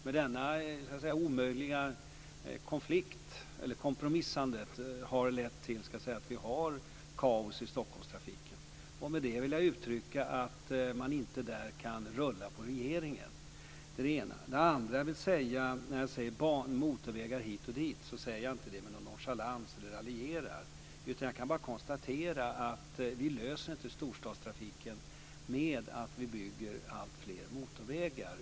Men detta omöjliga kompromissande har lett till att vi har kaos i Stockholmstrafiken. Med det vill jag uttrycka att man inte där kan rulla på regeringen. När jag säger motorvägar hit och dit säger jag inte det med någon nonchalans eller raljerar. Jag kan bara konstatera att vi inte löser storstadstrafiken genom att bygga alltfler motorvägar.